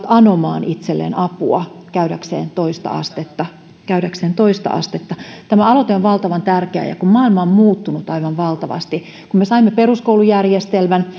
anomaan itselleen apua käydäkseen toista astetta käydäkseen toista astetta tämä aloite on valtavan tärkeä ja maailma on muuttunut aivan valtavasti kun me saimme peruskoulujärjestelmän